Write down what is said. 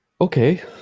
okay